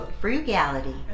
frugality